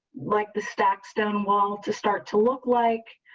like the stacked stone wall to start to look like.